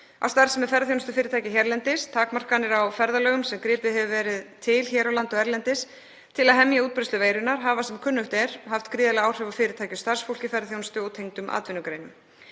á starfsemi ferðaþjónustufyrirtækja hérlendis. Takmarkanir á ferðalögum sem gripið hefur verið til hér á landi og erlendis til að hemja útbreiðslu veirunnar hafa sem kunnugt er haft gríðarleg áhrif á fyrirtæki og starfsfólk í ferðaþjónustu og tengdum atvinnugreinum.